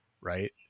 right